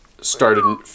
Started